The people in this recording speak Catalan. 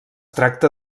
tracta